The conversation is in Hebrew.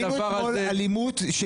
ראינו אתמול אלימות.